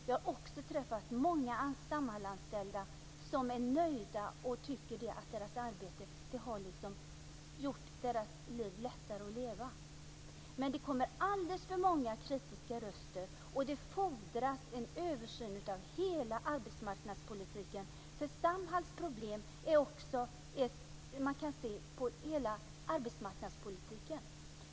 Jag har också träffat många Samhallsanställda som är nöjda och tycker att deras arbete har gjort deras liv lättare att leva, men det kommer alldeles för många kritiska röster. Det fordras en översyn av hela arbetsmarknadspolitiken, för när det gäller Samhalls problem kan man också se på hela arbetsmarknadspolitiken.